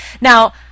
Now